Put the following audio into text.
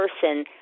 person